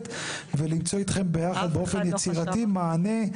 ולמצוא אתכם ביחד באופן יצירתי מענה,